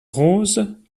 roses